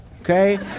Okay